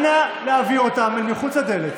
אנא להביא אותם אל מחוץ לדלת.